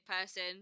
person